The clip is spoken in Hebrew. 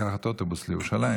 לקחת אוטובוס לירושלים,